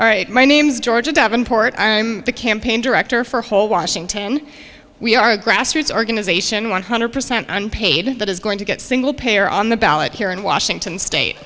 all right my name's georgia davenport i'm the campaign director for whole washington we are a grassroots organization one hundred percent unpaid that is going to get single payer on the ballot here in washington state